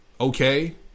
okay